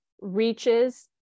reaches